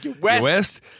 west